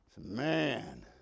Man